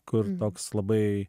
kur toks labai